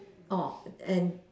orh and